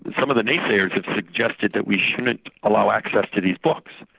but some of the naysayers have suggested that we shouldn't allow access to these books,